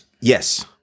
yes